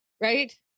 right